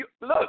Look